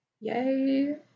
Yay